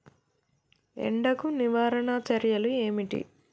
ఎండకు నివారణ చర్యలు ఏమిటి?